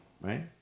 right